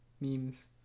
memes